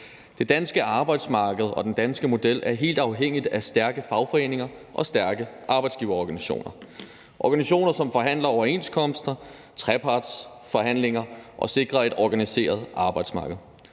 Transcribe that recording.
Det danske arbejdsmarked og den danske model er helt afhængige af stærke fagforeninger og stærke arbejdsgiverorganisationer – organisationer, som forhandler overenskomster, deltager i trepartsforhandlinger og sikrer et organiseret arbejdsmarked.